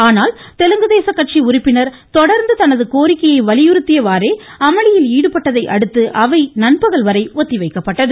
ஆனால் தெலுங்கு தேச கட்சி உறுப்பினர் தொடர்ந்து தனது கோரிக்கையை வலியுறுத்தியவாறே அமளியில் ஈடுபட்டதையடுத்து அவை நண்பகல் வரை ஒத்திவைக்கப்பட்டது